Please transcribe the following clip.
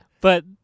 But-